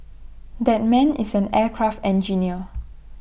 that man is an aircraft engineer